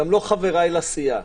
גם לא חבריי לסיעה.